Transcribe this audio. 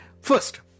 First